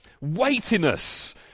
Weightiness